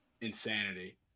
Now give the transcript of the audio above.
Insanity